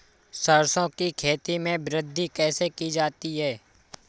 सरसो की खेती में वृद्धि कैसे की जाती है?